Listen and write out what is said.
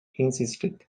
insisted